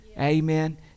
Amen